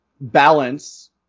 balance